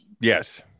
yes